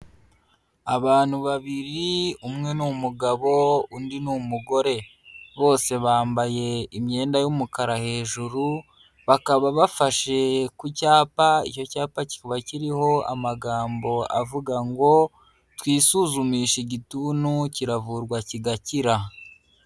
Abantu babiri, umwe ni umugabo, undi ni umugore. Bose bambaye imyenda y'umukara hejuru, bakaba bafashe ku cyapa, icyo cyapa kikaba kiriho amagambo avuga ngo, twisuzumishe igituntu, kiravurwa kigakira.